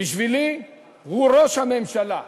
בשבילי הוא ראש הממשלה,